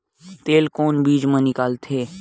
तेल कोन बीज मा निकलथे?